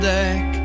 deck